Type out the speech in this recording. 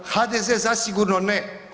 HDZ zasigurno ne.